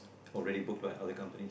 already booked by other company